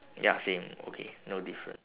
ya same okay no different